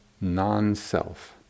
non-self